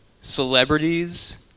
celebrities